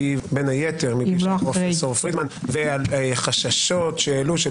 בין היתר מפיו של פרופסור פרידמן ועל חששות שהעלו.